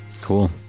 Cool